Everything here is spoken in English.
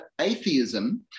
atheism